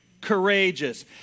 courageous